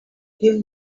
give